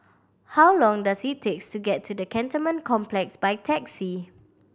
how long does it takes to get to the Cantonment Complex by taxi